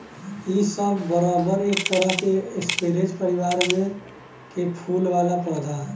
इ सब रबर एक तरह के स्परेज परिवार में के फूल वाला पौधा ह